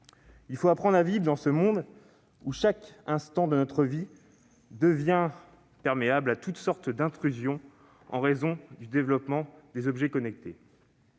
Il faut apprendre à vivre dans ce monde où chaque instant de notre vie devient perméable à toutes sortes d'intrusions, en raison du développement des objets connectés.